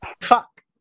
Fuck